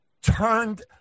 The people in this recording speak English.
turned